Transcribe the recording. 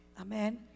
Amen